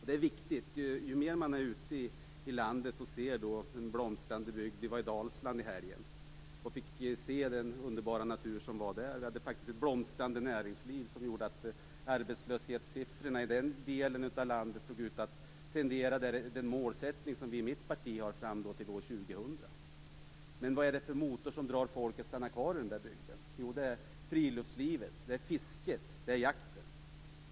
Det är viktigt - det märker man ju mer man är ute i landet och ser blomstrande bygder. Jag var i Dalsland i helgen och fick se den underbara naturen där. Det är faktiskt ett blomstrande näringsliv som gjorde att arbetslöshetssiffrorna i den delen av landet visade en sådan tendens att vi kan nå det mål som vi i mitt parti har satt upp för arbetslösheten fram till år 2000. Vad är det för motor som får folk att stanna kvar i bygden? Jo, det är friluftslivet, fisket, jakten.